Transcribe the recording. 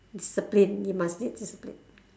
discipline you must need discipline